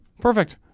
perfect